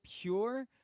pure